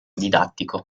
didattico